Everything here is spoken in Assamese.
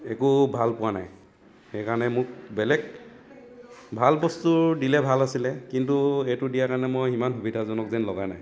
একো ভাল পোৱা নাই সেইকাৰণে মোক বেলেগ ভাল বস্তু দিলে ভাল আছিলে কিন্তু এইটো দিয়া কাৰণে মই ইমান সুবিধাজনক যেন লগা নাই